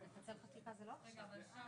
ומדברים על הנחת התשתית וכן הלאה.